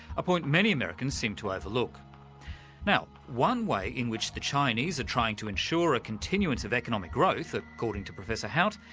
a point many americans seem to overlook. now one way in which the chinese are trying to ensure a continuance of economic growth, according to professor hout,